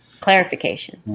Clarifications